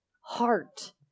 Heart